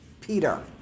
Peter